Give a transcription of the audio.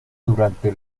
durante